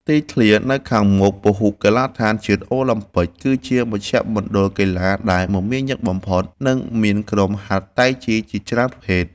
ទីធ្លានៅខាងមុខពហុកីឡដ្ឋានជាតិអូឡាំពិក គឺជាមជ្ឈមណ្ឌលកីឡាដែលមមាញឹកបំផុត និងមានក្រុមហាត់តៃជីច្រើនប្រភេទ។